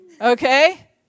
Okay